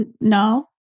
No